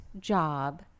job